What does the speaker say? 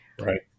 Right